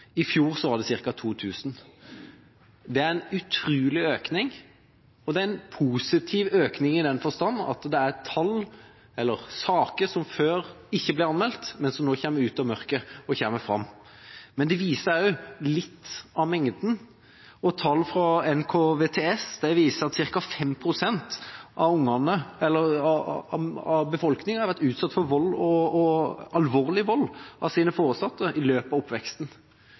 I fjor var det ca. 2 000. Det er en utrolig økning og en positiv økning, i den forstand at dette er saker som før ikke ble anmeldt, men som nå kommer ut av mørket og kommer fram. Dette viser også litt av mengden. Tall fra NKVTS viser at ca. 5 pst. av befolkninga har vært utsatt for alvorlig vold fra sine foresatte i løpet av oppveksten.